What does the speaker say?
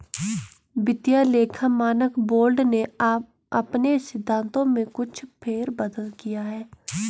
वित्तीय लेखा मानक बोर्ड ने अपने सिद्धांतों में कुछ फेर बदल किया है